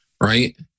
right